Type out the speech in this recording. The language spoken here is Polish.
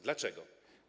Dlaczego?